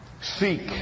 seek